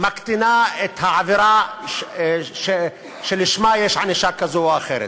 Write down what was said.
מקטינה את היקף העבירה שלשמה יש ענישה כזו או אחרת.